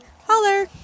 holler